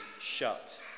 shut